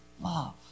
love